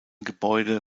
gebäude